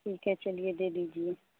ठीक है चलिए दे दीजिए